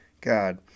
God